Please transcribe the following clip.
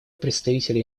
представителя